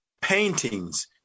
paintings